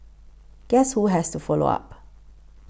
guess who has to follow up